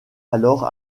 alors